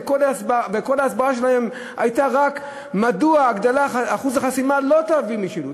וכל ההסברה שלהם הייתה רק מדוע הגדלת אחוז החסימה לא תביא משילות.